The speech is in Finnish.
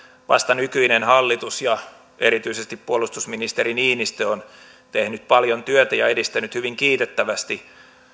vasta nykyinen hallitus ja erityisesti puolustusministeri niinistö on tehnyt paljon työtä ja edistänyt hyvin kiitettävästi